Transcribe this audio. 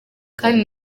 kandi